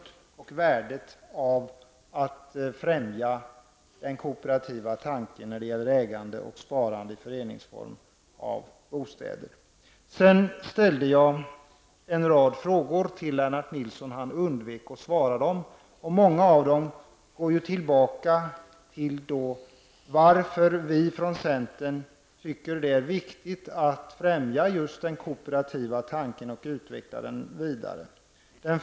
Det gällde värdet av att främja den kooperativa tanken när det gäller ägandet och sparandet i föreningsform i bostäder. Jag ställde en rad frågor till Lennart Nilsson. Han undvek att besvara dem. Många av frågorna går tillbaka till varför vi från centern tycker att det är viktigt att främja just den kooperativa tanken och vidareutveckla den.